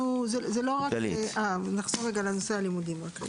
נחזור רגע לנושא הלימודים.